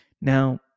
Now